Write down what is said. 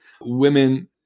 women